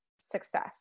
success